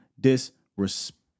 disrespect